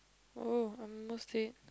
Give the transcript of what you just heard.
oh I am not say